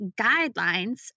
guidelines